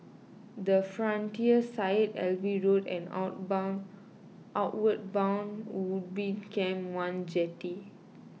the Frontier Syed Alwi Road and Outward Bound Ubin Camp one Jetty